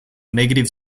negative